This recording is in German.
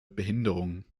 behinderungen